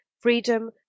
freedom